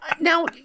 Now